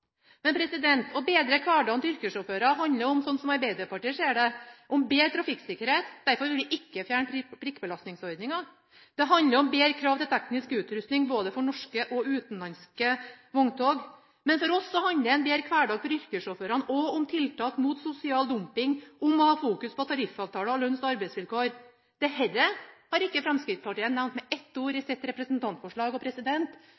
Men for oss handler en bedre hverdag for yrkessjåførene også om tiltak mot sosial dumping, om å ha fokus på tariffavtaler og lønns- og arbeidsvilkår. Dette har ikke Fremskrittspartiet nevnt med ett ord i sitt representantforslag, og